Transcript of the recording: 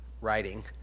writing